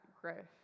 growth